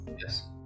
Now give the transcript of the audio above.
Yes